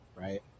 right